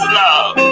love